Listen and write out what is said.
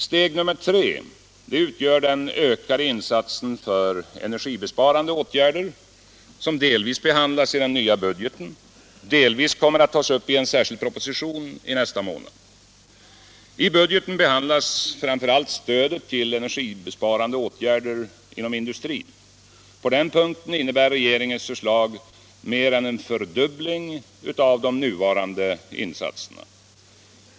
Steg nummer tre utgör den ökade insatsen för energibesparande åtgärder, som delvis behandlas i den nya budgeten, delvis kommer att tas upp i en särskild proposition i nästa månad. I budgeten behandlas framför allt stödet till energibesparande åtgärder inom industrin. På den punkten innebär regeringens förslag mer än en fördubbling av de nuvarande insatserna.